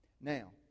Now